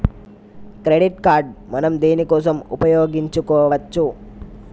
Credit card మనం దేనికోసం ఉపయోగించుకోవచ్చు?